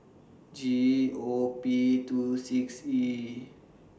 G O P two six E